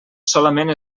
solament